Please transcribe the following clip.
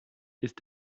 ist